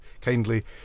kindly